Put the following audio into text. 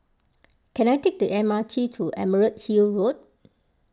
can I take the M R T to Emerald Hill Road